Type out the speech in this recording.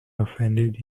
offended